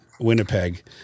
Winnipeg